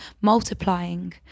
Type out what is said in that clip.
multiplying